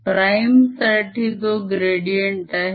prime साठी तो gradient आहे